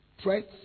threats